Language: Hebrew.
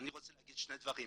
אני רוצה להגיד שני דברים.